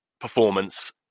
performance